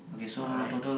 alright